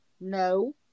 No